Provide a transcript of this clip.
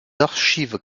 archives